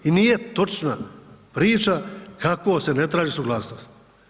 I nije točna priča kako se ne traži suglasnost.